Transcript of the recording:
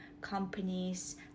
companies